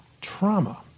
trauma